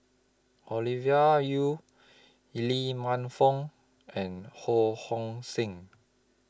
Olivia Yu Lee Man Fong and Ho Hong Sing